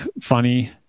Funny